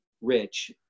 rich